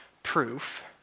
Proof